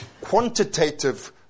quantitative